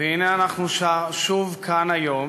והנה אנחנו שוב כאן היום